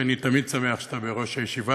שאני תמיד שמח כשאתה בראש הישיבה,